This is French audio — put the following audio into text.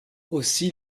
aussi